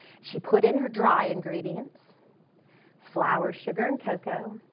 she put in her dry ingredients flour, sugar, and cocoa.